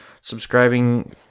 Subscribing